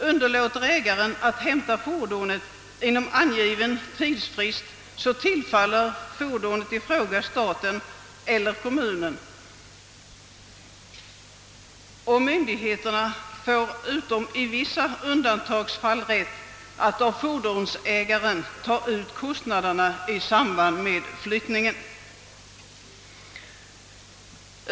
Underlåter ägaren att hämta fordonet inom angiven tidsfrist tillfaller fordonet i fråga staten eller kommunen, och myndigheterna får — utom i vissa undantagsfall — rätt att av fordonsägaren ta ut kostnaderna i samband med flyttningen.